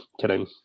Kidding